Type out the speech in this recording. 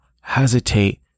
hesitate